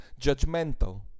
judgmental